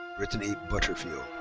brittany butterfield.